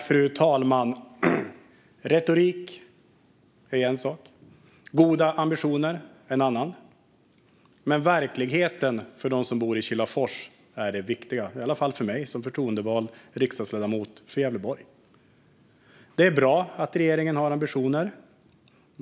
Fru talman! Retorik är en sak; goda ambitioner är en annan. Men verkligheten för dem som bor i Kilafors är det viktiga, i alla fall för mig som förtroendevald riksdagsledamot för Gävleborg. Det är bra att regeringen har ambitioner.